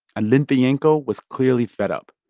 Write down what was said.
and litvinenko was clearly fed up,